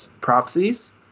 proxies